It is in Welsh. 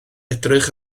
edrych